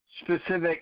specific